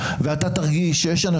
אתה יודע כמה פעמים הייתי אצלכם.